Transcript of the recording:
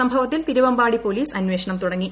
സംഭവത്തിൽ തിരുവമ്പാടി പോലീസ് അന്വേഷണം തുടങ്ങി